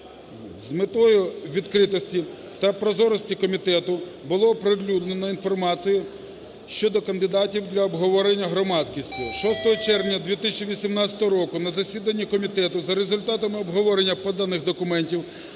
З метою відкритості та прозорості комітету було оприлюднено інформацію щодо кандидатів для обговорення громадськістю. 6 червня 2018 року на засіданні комітету за результатом обговорення поданих документів